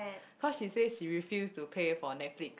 cause she say she refuse to pay for Netflix